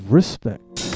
respect